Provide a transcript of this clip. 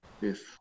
Yes